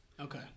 okay